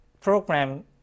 program